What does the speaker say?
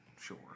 Sure